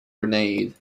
grenade